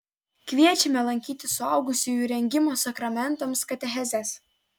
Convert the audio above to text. kviečiame lankyti suaugusiųjų rengimo sakramentams katechezes